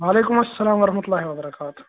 وعلیکُم السلام وَرحمتُہ اللہِ وَبَرَکاتُہہ